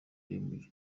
uyu